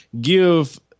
give